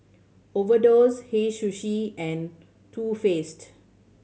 Overdose Hei Sushi and Too Faced